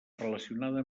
relacionada